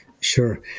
Sure